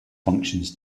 functions